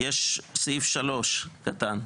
יש סעיף (3) קטן,